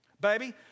baby